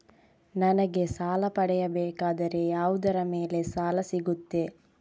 ನನಗೆ ಸಾಲ ಪಡೆಯಬೇಕಾದರೆ ಯಾವುದರ ಮೇಲೆ ಸಾಲ ಸಿಗುತ್ತೆ?